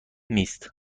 نیست